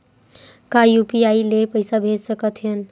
का यू.पी.आई ले पईसा भेज सकत हन?